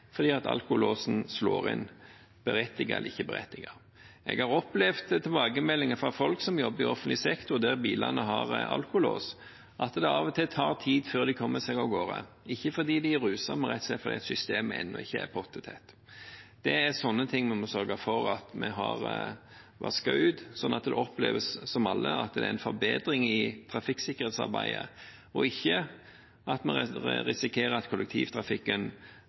fordi alkolåsen slår inn, berettiget eller ikke berettiget. Jeg har fått tilbakemeldinger fra folk som jobber i offentlig sektor der bilene har alkolås, om at det av og til tar tid før de kommer seg av gårde, ikke fordi de er ruset, men rett og slett fordi systemet ennå ikke er pottetett. Det er sånne ting vi må sørge for at vi har vasket ut, sånn at det oppleves av alle at det er en forbedring i trafikksikkerhetsarbeidet, og at vi ikke risikerer at kollektivtrafikken